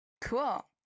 Cool